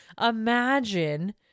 imagine